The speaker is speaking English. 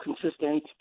consistent